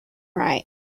right